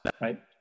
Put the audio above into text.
right